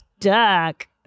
stuck